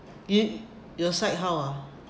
!ee! your side how ah